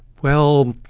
well,